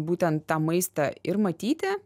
būtent tą maistą ir matyti